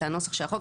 את הנוסח של החוק,